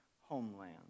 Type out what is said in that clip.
homeland